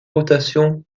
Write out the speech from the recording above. rotation